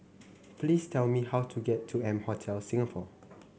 please tell me how to get to M Hotel Singapore